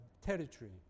territory